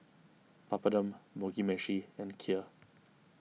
Papadum Mugi Meshi and Kheer